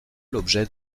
l’objet